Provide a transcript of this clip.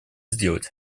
сделать